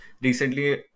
recently